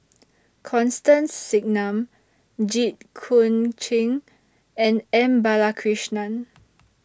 Constance Singam Jit Koon Ch'ng and M Balakrishnan